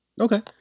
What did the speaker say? Okay